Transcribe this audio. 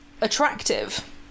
attractive